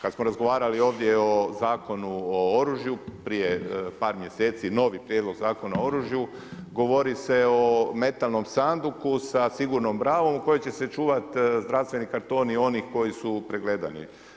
Kada smo razgovarali ovdje o Zakonu o oružju prije par mjeseci, novi Prijedlog Zakona o oružju, govori se o metalnom sanduku sa sigurnom bravom u kojoj će se čuvati zdravstveni kartoni onih koji su pregledani.